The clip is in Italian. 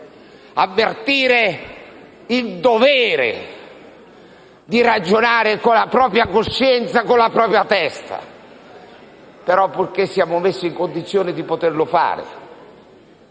avvertire il dovere di ragionare con la propria coscienza e testa, purché siamo messi in condizione di poterlo fare.